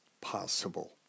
possible